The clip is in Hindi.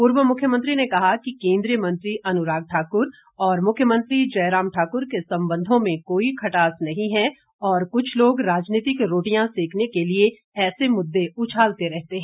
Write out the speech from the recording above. पूर्व मुख्यमंत्री ने कहा कि केंद्रीय मंत्री अनुराग ठाकुर और मुख्यमंत्री जयराम ठाकुर के संबंधों में कोई खटास नहीं है और कुछ लोग राजनीतिक रोटियां सेंकने के लिए ऐसे मुददे उछालते रहते हैं